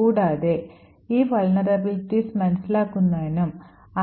കൂടാതെ ഈ കേടുപാടുകൾ മനസിലാക്കുന്നതിനും